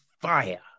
fire